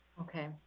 Okay